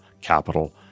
capital